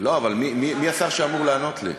לא, אבל מי השר שאמור לענות לי?